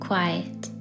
Quiet